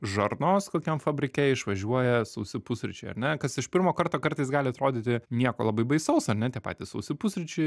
žarnos kokiam fabrike išvažiuoja sausi pusryčiai ar ne kas iš pirmo karto kartais gali atrodyti nieko labai baisaus ar ne tie patys sausi pusryčiai